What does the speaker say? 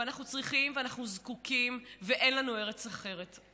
ואנחנו צריכים ואנחנו זקוקים, ואין לנו ארץ אחרת.